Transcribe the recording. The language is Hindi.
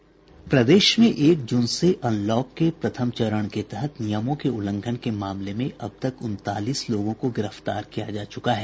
प्रदेश में एक जून से अनलॉक के प्रथम चरण के तहत नियमों के उल्लंघन के मामले में अब तक उनतालीस लोगों को गिरफ्तार किया जा चुका है